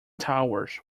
towers